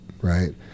right